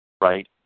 Right